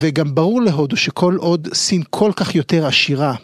וגם ברור להודו שכל עוד סין כל כך יותר עשירה.